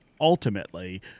ultimately